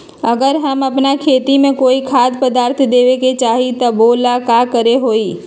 अगर हम अपना खेती में कोइ खाद्य पदार्थ देबे के चाही त वो ला का करे के होई?